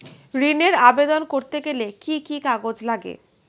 ঋণের আবেদন করতে গেলে কি কি কাগজ লাগে?